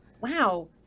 Wow